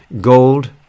gold